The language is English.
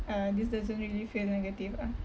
uh this doesn't make you feel negative ah